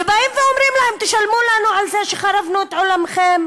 ובאים ואומרים להם: תשלמו לנו על זה שהחרבנו את עולמכם,